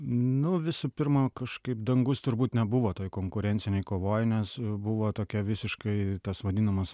nu visų pirma kažkaip dangus turbūt nebuvo toj konkurencinėj kovoj nes buvo tokia visiškai tas vadinamas